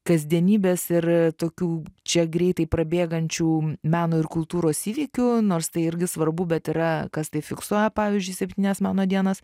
kasdienybės ir tokių čia greitai prabėgančių meno ir kultūros įvykių nors tai irgi svarbu bet yra kas tai fiksuoja pavyzdžiui septynios meno dienos